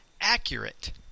accurate